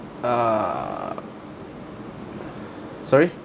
uh sorry